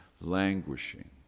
languishing